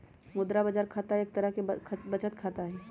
मुद्रा बाजार खाता एक तरह के बचत खाता हई